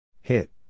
Hit